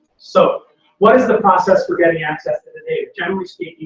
so what is the process for getting access to the data? generally speaking.